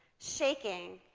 shaking,